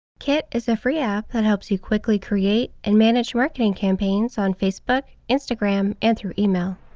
kit is a free app that helps you quickly create and manage marketing campaigns on facebook, instagram, and through email.